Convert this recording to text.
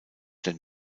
den